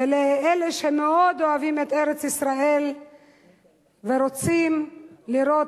ולאלה שמאוד אוהבים את ארץ-ישראל ורוצים לראות